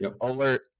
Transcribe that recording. alert